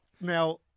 now